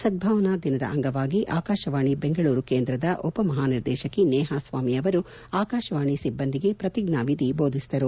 ಸದ್ದಾವನಾ ದಿನದ ಅಂಗವಾಗಿ ಆಕಾಶವಾಣಿ ಬೆಂಗಳೂರು ಕೇಂದ್ರದ ಉಪ ಮಹಾನಿರ್ದೇಶಕಿ ನೇಹಾ ಸ್ವಾಮಿ ಅವರು ಆಕಾಶವಾಣಿ ಸಿಬ್ಬಂದಿಗೆ ಪ್ರತಿಜ್ಞಾವಿಧಿ ಬೋಧಿಸಿದರು